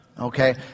Okay